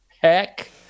heck